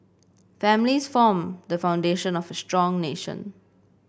families form the foundation of a strong nation